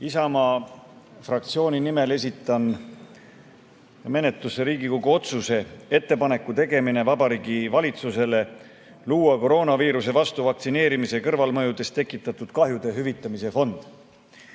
Isamaa fraktsiooni nimel esitan menetlusse Riigikogu otsuse "Ettepaneku tegemine Vabariigi Valitsusele luua koroona viiruse vastu vaktsineerimise kõrvalmõjudest tekitatud kahjude hüvitamise fond"